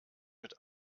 mit